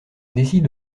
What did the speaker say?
décide